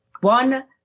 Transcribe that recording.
One